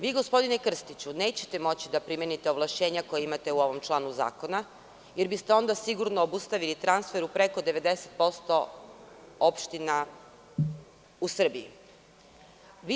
Vi, gospodine Krstiću, nećete moći da primenite ovlašćenja koja imate u ovom članu zakona, jer biste onda sigurno obustavili transfer u preko 90% opština u Srbiji.